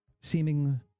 seeming